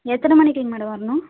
எத்தனை மணிக்குங்க மேடம் வரணும்